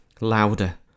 louder